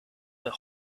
were